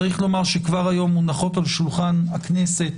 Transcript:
צריך לומר שכבר היום מונחות על שולחן הכנסת